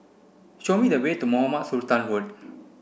show me the way to Mohamed Sultan Road